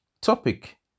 Topic